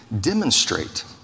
demonstrate